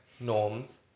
norms